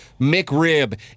McRib